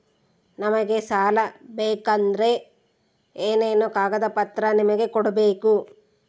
ನಮಗೆ ಸಾಲ ಬೇಕಂದ್ರೆ ಏನೇನು ಕಾಗದ ಪತ್ರ ನಿಮಗೆ ಕೊಡ್ಬೇಕು?